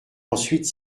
ensuite